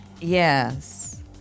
yes